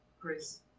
grace